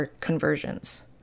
conversions